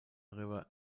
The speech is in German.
river